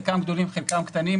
חלקם גדולים וחלקם קטנים,